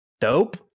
dope